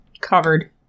covered